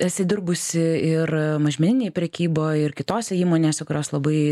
esi dirbusi ir mažmeninėj prekyboj ir kitose įmonėse kurios labai